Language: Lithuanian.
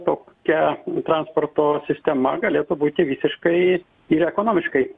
tokia transporto sistema galėtų būti visiškai ir ekonomiškai